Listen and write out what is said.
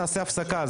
נעשה הפסקה,